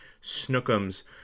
Snookums